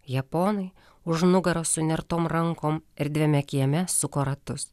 japonai už nugaros sunertom rankom erdviame kieme suko ratus